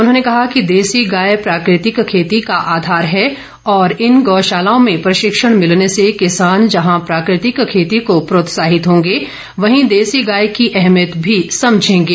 उन्होंने कहा कि देसी गाय प्राकृतिक खेती का आधार है और इन गौशालाओं में प्रशिक्षण भिलने से किसान जहां प्राकृतिक खेती को प्रोत्साहित होंगे वहीं देसी गाय की एहतियत भी समझेंगे